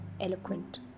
eloquent